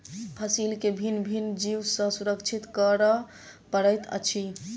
फसील के भिन्न भिन्न जीव सॅ सुरक्षित करअ पड़ैत अछि